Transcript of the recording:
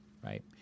Right